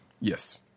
Yes